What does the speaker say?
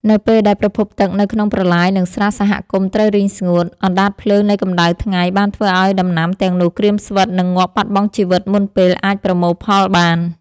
នៅពេលដែលប្រភពទឹកនៅក្នុងប្រឡាយ និងស្រះសហគមន៍ត្រូវរីងស្ងួត អណ្ដាតភ្លើងនៃកម្ដៅថ្ងៃបានធ្វើឱ្យដំណាំទាំងនោះក្រៀមស្វិត និងងាប់បាត់បង់ជីវិតមុនពេលអាចប្រមូលផលបាន។